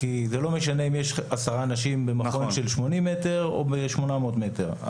כי זה לא משנה אם יש עשרה אנשים במקום של 80 מטר או ב-800 מטר.